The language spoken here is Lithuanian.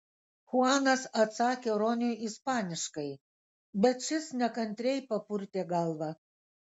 chuanas atsakė roniui ispaniškai bet šis nekantriai papurtė galvą